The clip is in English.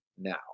now